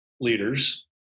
leaders